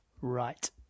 right